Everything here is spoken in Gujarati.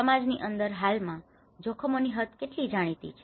સમાજની અંદર હાલમાં જોખમોની હદ કેટલી જાણીતી છે